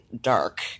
dark